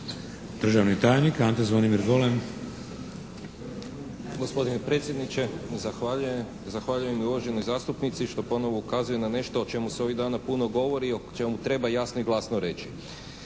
Golem. **Golem, Ante Zvonimir** Gospodine predsjedniče zahvaljujem, zahvaljujem i uvaženoj zastupnici što ponovo ukazuje na nešto o čemu se ovih dana puno govori, o čemu treba jasno i glasno reći.